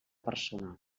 personal